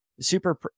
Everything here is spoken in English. super